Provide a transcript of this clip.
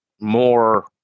more